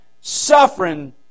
suffering